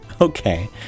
okay